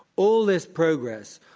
all this progress,